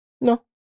No